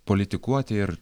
politikuoti ir